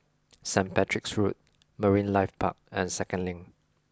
St Patrick's Road Marine Life Park and Second Link